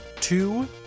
two